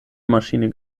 maschine